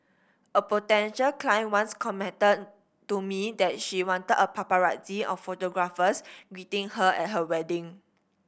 a potential client once commented to me that she wanted a paparazzi of photographers greeting her at her wedding